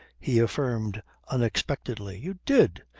he affirmed unexpectedly. you did!